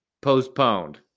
postponed